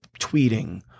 tweeting